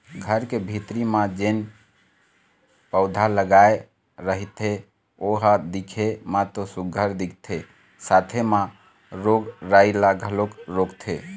घर के भीतरी म जेन पउधा लगाय रहिथे ओ ह दिखे म तो सुग्घर दिखथे साथे म रोग राई ल घलोक रोकथे